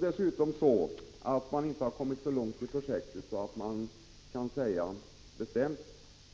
Dessutom har man inte kommmit så långt i projektet att man bestämt kan säga